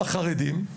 החרדים,